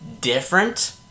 different